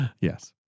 Yes